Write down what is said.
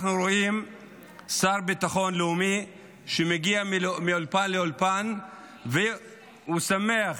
אנחנו רואים שר ביטחון לאומי שמגיע מאולפן לאולפן והוא שמח